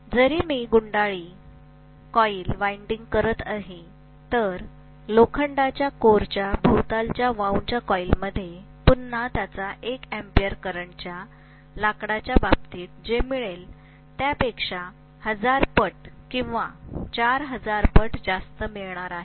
जरी मी गुंडाळी वायंडिंग करत आहे तर लोखंडाच्या कोरच्या भोवतालच्या वाउंडच्या कॉईलमध्ये पुन्हा त्याच 1 अँपिअर करंटच्या लाकडाच्या बाबतीत जे मिळाले त्यापेक्षा 1000 पट किंवा 4000 पट जास्त मिळणार आहे